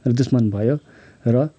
र दुश्मन भयो र